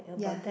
yeah